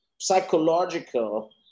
psychological